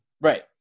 Right